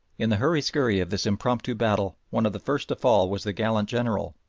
in the hurry-skurry of this impromptu battle, one of the first to fall was the gallant general,